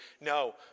No